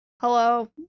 Hello